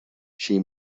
she